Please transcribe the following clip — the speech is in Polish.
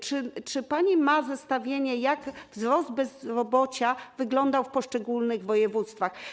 Czy pani ma zestawienie, jak wzrost bezrobocia wyglądał w poszczególnych województwach?